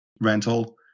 rental